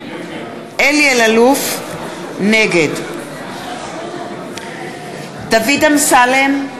נגד דוד אמסלם,